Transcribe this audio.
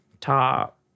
top